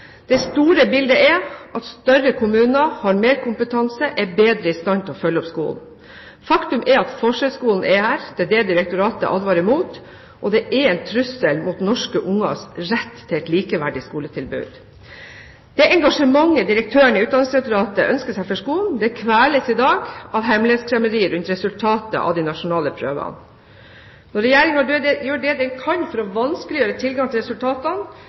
Det store bildet er at større kommuner har mer kompetanse og er bedre i stand til å følge opp skolen. Faktum er at forskjellsskolen er her. Det er det Utdanningsdirektoratet advarer mot, og det er en trussel mot norske barns rett til et likeverdig skoletilbud. Det engasjementet direktøren i Utdanningsdirektoratet ønsker seg for skolen, kveles i dag av hemmelighetskremmeriet rundt resultatet av de nasjonale prøvene. Når Regjeringen gjør det den kan for å vanskeliggjøre tilgangen til resultatene,